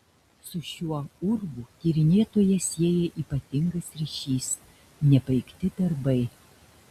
su šiuo urvu tyrinėtoją sieja ypatingas ryšys nebaigti darbai